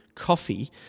Coffee